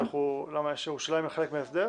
אולי בינתיים היועץ המשפטי,